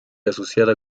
asociada